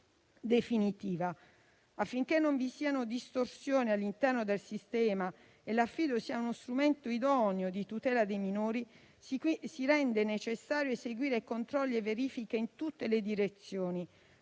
definitiva. Affinché non vi siano distorsioni all'interno del sistema e l'affido sia uno strumento idoneo di tutela dei minori, si rende necessario eseguire controlli e verifiche in tutte le direzioni,